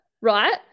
right